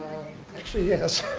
actually yes.